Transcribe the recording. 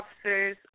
officers